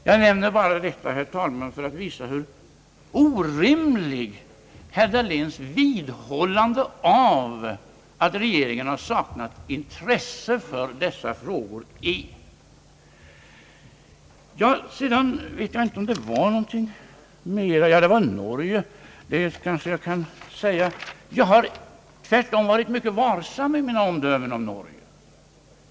Jag nämner detta, herr talman, för att visa hur orimligt det är med herr Dahléns vidhållande av att regeringen saknat intresse för dessa frågor. Sedan ytterligare några ord om Norge. Jag har varit mycket varsam med mina omdömen om Norge.